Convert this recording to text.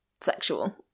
sexual